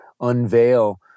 unveil